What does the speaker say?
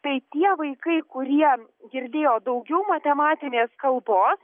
tai tie vaikai kurie girdėjo daugiau matematinės kalbos